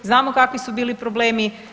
Znamo kakvi su bili problemi.